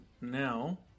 now